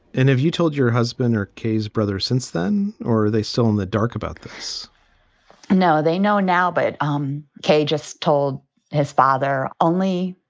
if you told your husband or kay's brother since then, or are they still in the dark about this and now they know now, but um kay just told his father only.